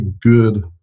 good